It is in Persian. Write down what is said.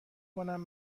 کنم